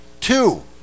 Two